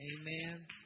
Amen